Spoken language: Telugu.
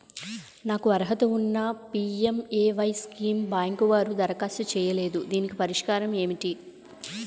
నాకు అర్హత ఉన్నా పి.ఎం.ఎ.వై స్కీమ్ బ్యాంకు వారు దరఖాస్తు చేయలేదు దీనికి పరిష్కారం ఏమిటి?